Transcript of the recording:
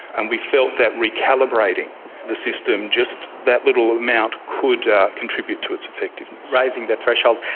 and we felt that recalibrating the system just that little amount could contribute to its effectiveness. raising the threshold.